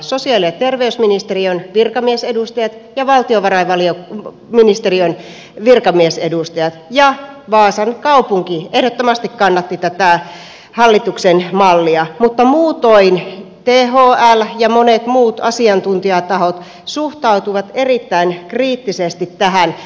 sosiaali ja terveysministeriön virkamiesedustajat ja valtiovarainministeriön virkamiesedustajat ja vaasan kaupunki ehdottomasti kannattivat tätä hallituksen mallia mutta muutoin thl ja monet muut asiantuntijatahot suhtautuivat erittäin kriittisesti tähän